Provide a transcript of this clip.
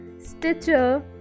Stitcher